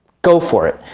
go for it.